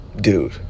dude